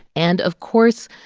and, of course,